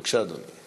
בבקשה, אדוני.